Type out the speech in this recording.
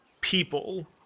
people